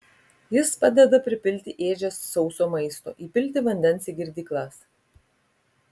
jis padeda pripilti ėdžias sauso maisto įpilti vandens į girdyklas